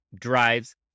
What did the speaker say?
drives